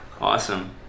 Awesome